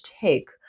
take